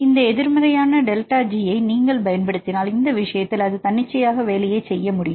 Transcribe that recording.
இந்தஎதிர்மறையான delta G ஐ நீங்கள் பயன்படுத்தினால் இந்த விஷயத்தில் அது தன்னிச்சையாக வேலையைச் செய்ய முடியும்